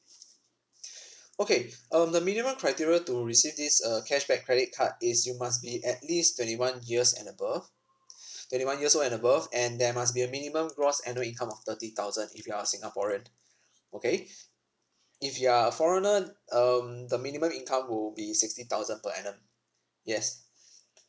okay um the minimum criteria to receive this uh cashback credit card is you must be at least twenty one years and above twenty one years old and above and there must be a minimum gross annual income of thirty thousand if you are a singaporean okay if you are a foreigner um the minimum income will be sixty thousand per annum yes